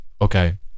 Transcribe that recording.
okay